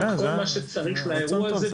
כל מה שצריך לאירוע הזה,